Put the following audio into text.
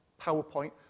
PowerPoint